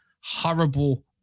horrible